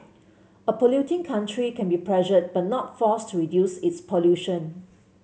a polluting country can be pressured but not forced to reduce its pollution